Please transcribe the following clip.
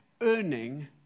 earning